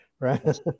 Right